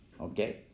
okay